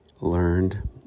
learned